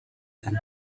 than